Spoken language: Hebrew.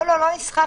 לא נסחפתי.